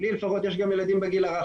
לי לפחות יש גם ילדים בגיל הרך,